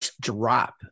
drop